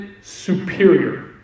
superior